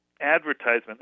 advertisement